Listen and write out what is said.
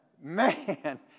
Man